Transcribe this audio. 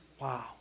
Wow